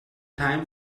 time